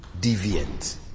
deviant